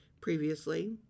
previously